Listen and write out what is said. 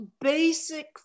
basic